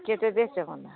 কেটে দিয়েছে মনে হয়